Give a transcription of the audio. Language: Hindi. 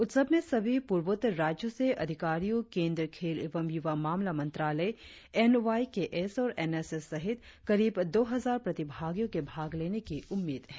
उत्सव में सभी पूर्वोत्तर राज्यों से अधिकरियों केंद्रीय खेल एवं यूवा मामला मंत्रालय एन वाय के एस और एन एस एस सहित करीब दो हजार प्रतिभागियों के भाग लेने की उम्मीद है